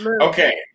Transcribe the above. Okay